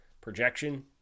projection